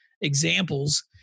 examples